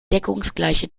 deckungsgleiche